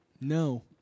No